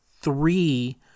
Three